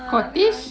scottish